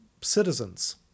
citizens